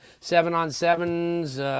seven-on-sevens